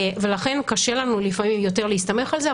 ולכן קשה לנו יותר להסתמך על זה.